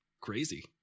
Crazy